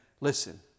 listen